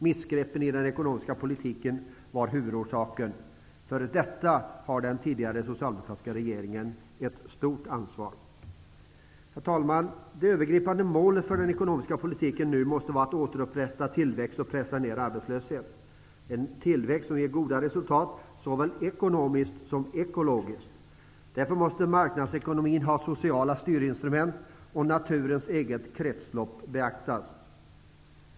Missgreppen i den ekonomiska politiken var huvudorsaken. För detta har den tidigare socialdemokratiska regeringen ett stort ansvar. Herr talman! Det övergripande målet för den ekonomiska politiken måste nu vara att återupprätta tillväxt och pressa ned arbetslöshet, en tillväxt som ger goda resultat såväl ekonomiskt som ekologiskt. Därför måste marknadsekonomin ha sociala styrinstrument, och naturens eget kretslopp måste beaktas.